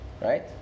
right